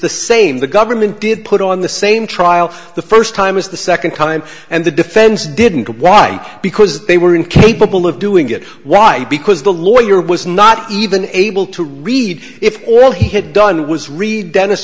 the same the government did put on the same trial the first time was the second time and the defense didn't get why because they were incapable of doing it right because the lawyer was not even able to read if all he had done was read dennis